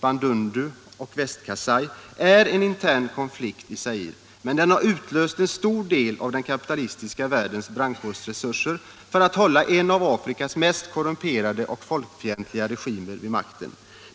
Bandundu och Väst-Kasai är en intern konflikt i Zaire, men den har utlöst en stor del av den kapitalistiska världens brandkårsresurser för att hålla en av Afrikas mest korrumperade och folkfientliga regimer vid makten.